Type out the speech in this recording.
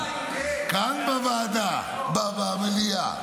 כאן במליאה.